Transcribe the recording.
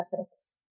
ethics